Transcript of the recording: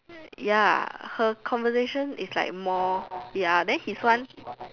ya her conversation is like more than his one